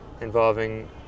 involving